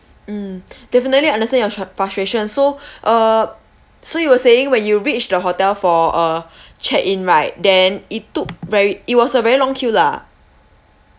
mm definitely understand your fru~ frustration so uh so you were saying when you reach the hotel for uh check in right then it took very it was a very long queue lah